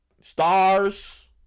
Stars